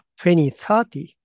2030